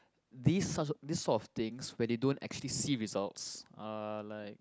this such this sort of things when they don't actually see results are like